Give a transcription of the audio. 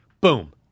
Boom